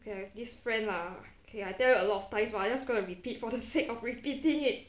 okay this friend lah okay I tell you a lot of times but I just gonna repeat for the sake of repeating it